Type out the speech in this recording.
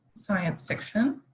science fiction,